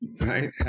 Right